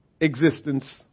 existence